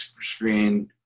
screen